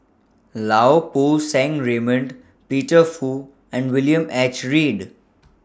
Lau Poo Seng Raymond Peter Fu and William H Read